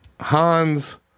Hans